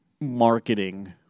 marketing